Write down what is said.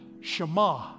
Shema